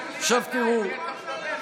אולי תחליט אתה עם מי אתה מדבר,